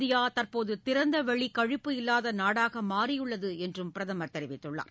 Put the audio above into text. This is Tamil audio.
இந்தியா தற்போது திறந்த வெளி கழிப்பு இல்லாத நாடாக மாறியுள்ளது என்றும் பிரதமா் தெரிவித்தார்